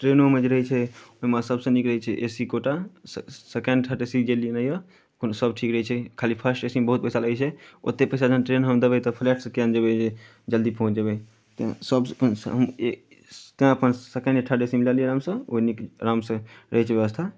ट्रेनोमे जे रहै छै ओहिमे सभसँ नीक रहै छै ए सी कोटा से सेकेण्ड थर्ड ए सी जे लेने यए ओहिमे सभ ठीक रहै छै खाली फर्स्ट ए सी मे बहुत पैसा लगै छै ओतेक पैसा जखन ट्रेनमे हम देबै तऽ फ्लाइटसँ किए नहि जेबै जे जल्दी पहुँचि जेबै जेना सभ हम एक तैँ अपन सेकेण्ड या थर्ड ए सी मे लऽ लिअ आरामसँ ओहिमे आरामसँ रहै छै व्यवस्था